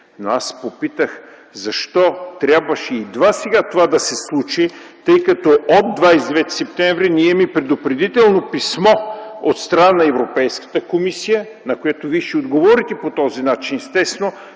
Но аз попитах: защо трябваше едва сега това да се случи? От 29 септември имаме предупредително писмо от страна на Европейската комисия, на което Вие ще отговорите по този начин, естествено.